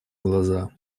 глаза